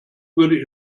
würde